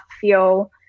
feel